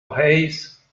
hayes